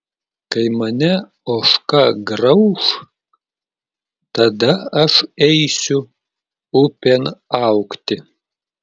kai mane ožka grauš tada aš eisiu upėn augti